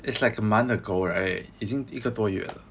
it's like a month ago right 已经一个多月了